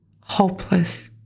hopeless